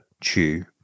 chew